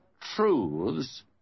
truths